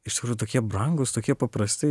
iš tikrųjų tokie brangūs tokie paprasti